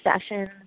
sessions